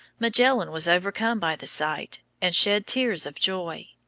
magellan was overcome by the sight, and shed tears of joy.